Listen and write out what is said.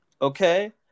Okay